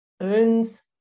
earns